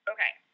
Okay